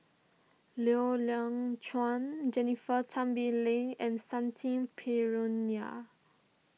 Loy Chuan Jennifer Tan Bee Leng and Shanti